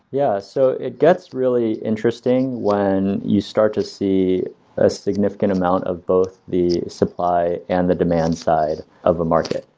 yeah, so it gets really interesting when you start to see a significant amount of both the supply and the demand side of the market.